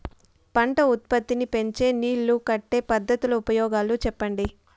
పంట ఉత్పత్తి నీ పెంచే నీళ్లు కట్టే పద్ధతుల ఉపయోగాలు చెప్పండి?